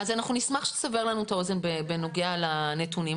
אנחנו נשמח שתסבר לנו את האוזן בנוגע לנתונים,